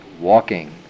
walking